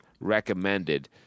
recommended